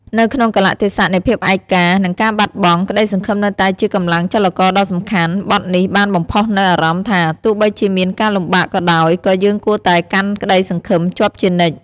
នៅក្នុងកាលៈទេសៈនៃភាពឯកា និងការបាត់បង់ ក្តីសង្ឃឹមនៅតែជាកម្លាំងចលករដ៏សំខាន់បទនេះបានបំផុសនូវអារម្មណ៍ថា ទោះបីជាមានការលំបាកក៏ដោយ ក៏យើងគួរតែកាន់ក្តីសង្ឃឹមជាប់ជានិច្ច។